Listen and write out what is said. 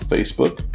Facebook